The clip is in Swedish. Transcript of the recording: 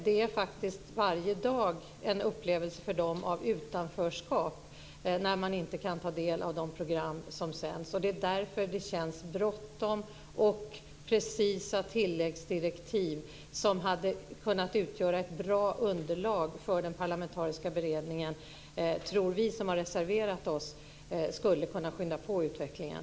Det är faktiskt en upplevelse av utanförskap varje dag för dem när de inte kan ta del av de program som sänds. Det är därför det känns att det är bråttom. Vi som har reserverat oss tror att precisa tilläggsdirektiv, som hade kunnat utgöra ett bra underlag för den parlamentariska beredningen, skulle kunna skynda på utvecklingen.